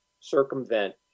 circumvent